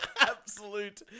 absolute